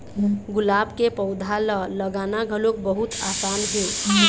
गुलाब के पउधा ल लगाना घलोक बहुत असान हे